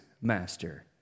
master